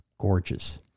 gorgeous